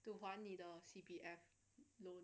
to 还你的 C_P_F loan